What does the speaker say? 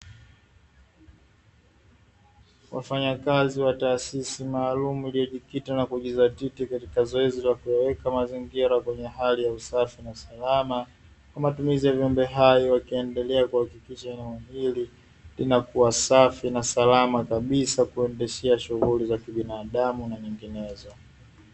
Wafanyakazi wa taasisi maalum iliyojikita na kujizatiti katika zoezi la kuyaweka mazingira kwenye hali ya usafi na salama, kwa matumizi ya viumbe hai wakiendelea kuhakikisha hili linakuwa safi na salama kabisa kuendeshea shughuli za kibinadamu na nyinginezo.